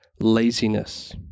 laziness